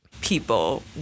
people